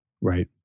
Right